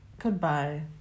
Goodbye